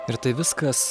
ir tai viskas